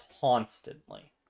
constantly